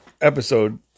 episode